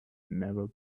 never